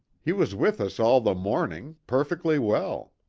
he was with us all the morning perfectly well.